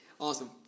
Awesome